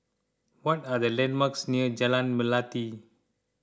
what are the landmarks near Jalan Melati